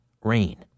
rain